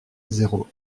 zéro